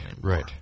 Right